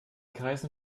kreisen